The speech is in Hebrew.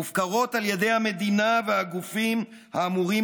מופקרות על ידי המדינה והגופים שאמורים